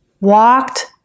walked